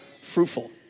fruitful